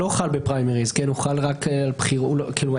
אגב,